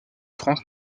france